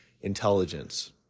intelligence